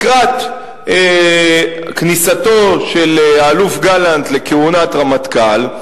לקראת כניסתו של האלוף גלנט לכהונת רמטכ"ל,